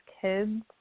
kids